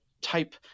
type